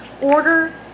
order